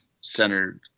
centered